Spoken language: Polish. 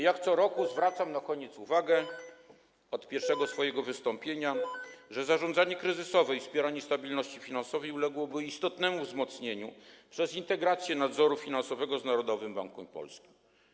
Jak co roku zwracam na koniec uwagę, od pierwszego swojego wystąpienia, że zarządzanie kryzysowe i wspieranie stabilności finansowej uległoby istotnemu wzmocnieniu przez integrację nadzoru finansowego z Narodowym Bankiem Polskim.